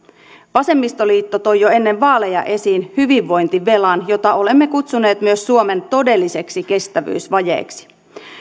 vasemmistoliitto toi jo ennen vaaleja esiin hyvinvointivelan jota olemme kutsuneet myös suomen todelliseksi kestävyysvajeeksi